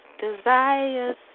desires